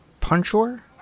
Puncher